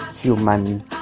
human